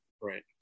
Right